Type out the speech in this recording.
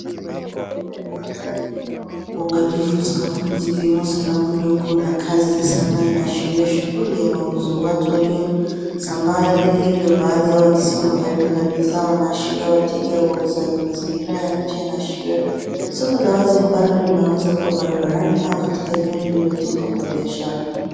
Orodha ya bidhaa zilizopangwa kwa uangalifu sakafuni zikiwemo sanamu ndogo na kazi za sanaa zinaashiria shughuli ya mauzo. Watu waliosambaa eneo hilo baadhi yao wakisamam karibu na bidhaa wanaashiria wateja au wauzaji. Mazingira ya nje yanaashiria soko la wazi ambalo linaweza kua barabarani au katika eneo lililotengwa kwa biashara.